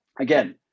again